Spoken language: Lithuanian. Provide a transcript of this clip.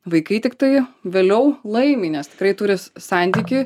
vaikai tiktai vėliau laimi nes tikrai turi santykį